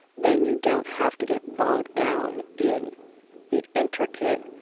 then you don't have to get bogged down in the intricate,